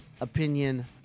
opinion